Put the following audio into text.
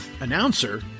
Announcer